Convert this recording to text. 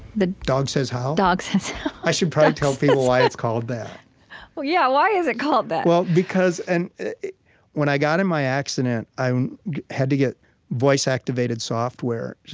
the dog says how? the dog says how i should probably tell people why it's called that well, yeah, why is it called that? well, because and when i got in my accident, i had to get voice-activated software,